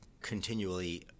continually